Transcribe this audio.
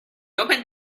opened